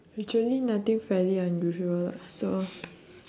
actually nothing fairly unusual lah so